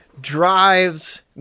Drives